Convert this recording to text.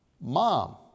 mom